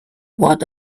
what